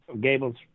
Gable's